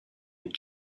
and